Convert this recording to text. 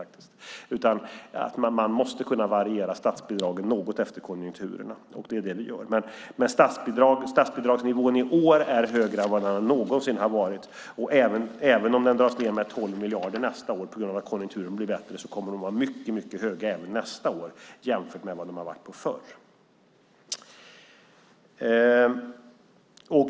Man måste kunna variera statsbidragen något efter konjunkturerna, och det är det vi gör. Statsbidragsnivån i år är högre än vad den någonsin har varit, och även om den dras ned med 12 miljarder nästa år på grund av att konjunkturen blir bättre kommer den att vara mycket hög även nästa år jämfört med vad den har varit förr.